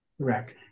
Correct